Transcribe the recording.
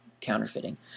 counterfeiting